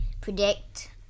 predict